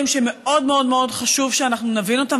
שמאוד מאוד מאוד חשוב שאנחנו נבין אותם,